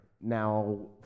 now